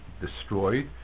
destroyed